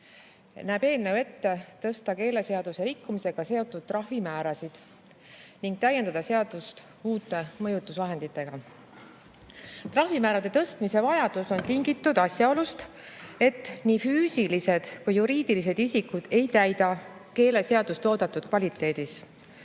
näeb eelnõu ette tõsta keeleseaduse rikkumisega seotud trahvimäärasid ning täiendada seadust uute mõjutusvahenditega. Trahvimäärade tõstmise vajadus on tingitud asjaolust, et ei füüsilised ega ka juriidilised isikud ei täida keeleseadust oodatud kvaliteedis.